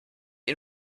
ihn